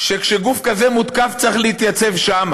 שכשגוף כזה מותקף, צריך להתייצב שם